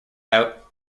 out